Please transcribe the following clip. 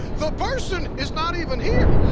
the person is not even here.